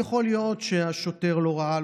יכול להיות שהשוטר לא ראה,